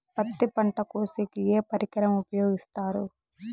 పత్తి పంట కోసేకి ఏ పరికరం ఉపయోగిస్తారు?